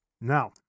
Now